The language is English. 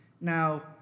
Now